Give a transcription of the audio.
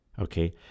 Okay